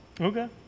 Okay